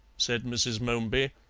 said mrs. momeby,